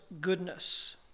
goodness